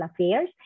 affairs